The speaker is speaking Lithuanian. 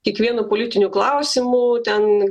kiekvienu politiniu klausimu ten